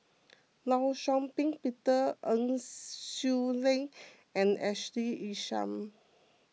Law Shau Ping Peter En Swee Leng and Ashley Isham